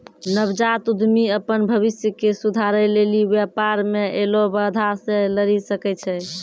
नवजात उद्यमि अपन भविष्य के सुधारै लेली व्यापार मे ऐलो बाधा से लरी सकै छै